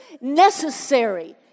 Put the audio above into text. necessary